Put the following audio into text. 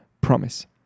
promise